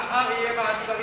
ממחר יהיו מעצרים.